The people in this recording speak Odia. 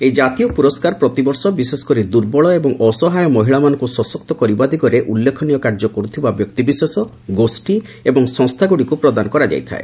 ଏହି ଜାତୀୟ ପ୍ରରସ୍କାର ପ୍ରତିବର୍ଷ ବିଶେଷକରି ଦୂର୍ବଳ ଏବଂ ଅସହାୟ ମହିଳାମାନଙ୍କୁ ସଶକ୍ତ କରିବା ଦିଗରେ ଉଲ୍ଲେଖନୀୟ କାର୍ଯ୍ୟ କର୍ରଥିବା ବ୍ୟକ୍ତିବିଶେଷ ଗୋଷ୍ଠୀ ଏବଂ ସଂସ୍ଥାଗୁଡ଼ିକୁ ପ୍ରଦାନ କରାଯାଇଥାଏ